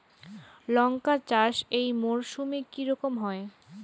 লঙ্কা চাষ এই মরসুমে কি রকম হয়?